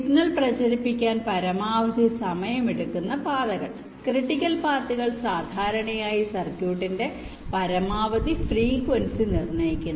signal പ്രചരിപ്പിക്കാൻ പരമാവധി സമയം എടുക്കുന്ന പാതകൾ ക്രിട്ടിക്കൽ പാത്തുകൾ സാധാരണയായി സർക്യൂട്ടിന്റെ പരമാവധി ഫ്രേക്വീൻസി നിർണ്ണയിക്കുന്നു